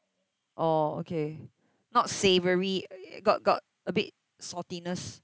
oh okay not savoury got got a bit saltiness